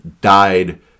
died